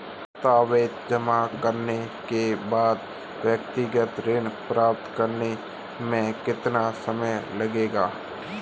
दस्तावेज़ जमा करने के बाद व्यक्तिगत ऋण प्राप्त करने में कितना समय लगेगा?